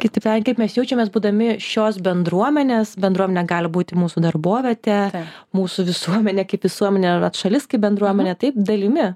kiti ir kaip mes jaučiamės būdami šios bendruomenės bendruomenė gali būti mūsų darbovietė mūsų visuomenė kaip visuomenė vat šalis kaip bendruomenė taip dalimi